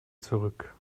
zurück